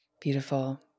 beautiful